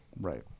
right